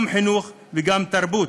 גם חינוך וגם תרבות.